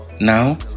now